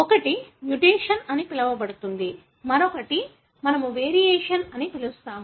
ఒకటి మ్యుటేషన్ అని పిలువబడుతుంది మరొకటి మనము వేరియేషన్స్ అని పిలుస్తాము